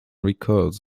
records